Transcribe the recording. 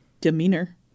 demeanor